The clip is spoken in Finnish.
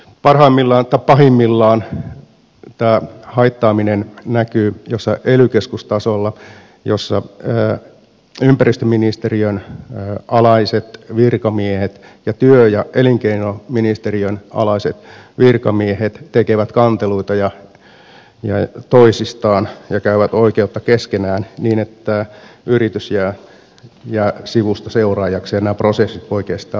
parhaimmillaan tai pahimmillaan tämä haittaaminen näkyy jossain ely keskustasolla jolla ympäristöministeriön alaiset virkamiehet ja työ ja elinkeinoministeriön alaiset virkamiehet tekevät kanteluita toisistaan ja käyvät oikeutta keskenään niin että yritys jää sivustaseuraajaksi ja nämä prosessit voivat kestää vuosia